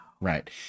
right